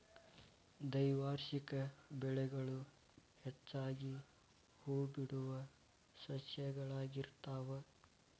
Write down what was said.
ದ್ವೈವಾರ್ಷಿಕ ಬೆಳೆಗಳು ಹೆಚ್ಚಾಗಿ ಹೂಬಿಡುವ ಸಸ್ಯಗಳಾಗಿರ್ತಾವ